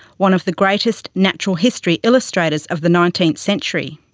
one of the greatest natural history illustrators of the nineteenth century.